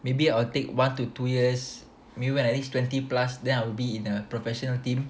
maybe I'll take one to two years mean at least twenty plus then I'll be in a professional team